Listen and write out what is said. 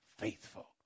faithful